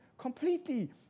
completely